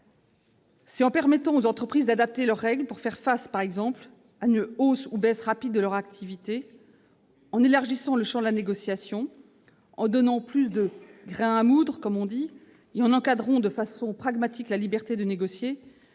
C'est en permettant aux entreprises d'adapter leurs règles pour faire face, par exemple, à une hausse ou une baisse rapide de leur activité, en élargissant le champ de la négociation, en donnant plus de « grain à moudre » aux différents acteurs et en encadrant de façon pragmatique la liberté de négocier